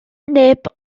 neb